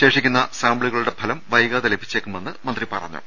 ശേഷിക്കുന്ന സാമ്പിളുകളുടെ ഫലം വൈകാതെ ലഭിച്ചേക്കു മെന്ന് മന്ത്രി പറഞ്ഞു